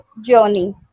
journey